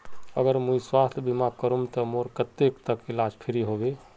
अगर मुई स्वास्थ्य बीमा करूम ते मोर कतेक तक इलाज फ्री होबे?